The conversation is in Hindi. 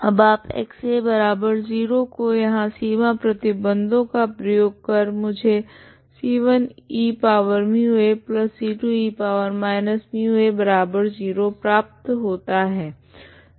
अब आप X0 को यहाँ सीमा प्रतिबंधों का प्रयोग कर मुझे c1 eμac2 e−μa0 प्राप्त होता है